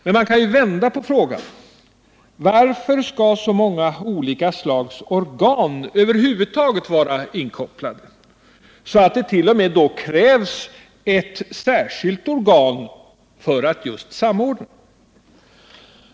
Men man kan ju vända på det hela och fråga: Varför skall så många olika slags organ över huvud taget vara inkopplade, att det t.o.m. krävs ett särskilt organ för att just samordna?